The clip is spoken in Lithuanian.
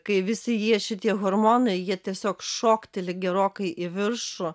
kai visi jie šitie hormonai jie tiesiog šokteli gerokai į viršų